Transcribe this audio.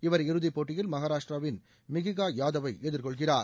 இவர் இறுதிப் போட்டியில் மகாராஷ்டிராவின் மிகிகா யாதவை எதிர்கொள்கிறார்